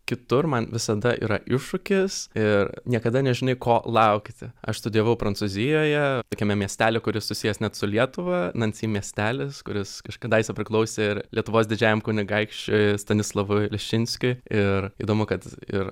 kitur man visada yra iššūkis ir niekada nežinai ko laukiti aš studijavau prancūzijoje tokiame miestely kuris susijęs net su lietuva nansi miestelis kuris kažkadaise priklausė ir lietuvos didžiajam kunigaikščiui stanislavui leščinskiui ir įdomu kad ir